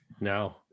no